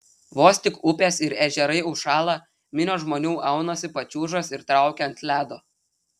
vos tik upės ir ežerai užšąla minios žmonių aunasi pačiūžas ir traukia ant ledo